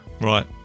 Right